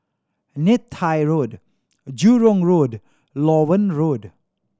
Neythai Road Jurong Road Loewen Road